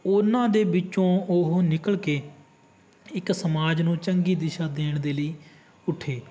ਉਹਨਾਂ ਦੇ ਵਿੱਚੋਂ ਉਹ ਨਿਕਲ ਕੇ ਇੱਕ ਸਮਾਜ ਨੂੰ ਚੰਗੀ ਦਿਸ਼ਾ ਦੇਣ ਦੇ ਲਈ ਉੱਠੇ